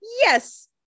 yes